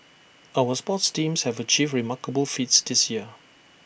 our sports teams have achieved remarkable feats this year